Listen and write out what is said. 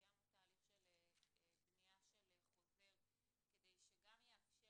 קיימנו תהליך של בניית חוזר כדי שגם יאפשר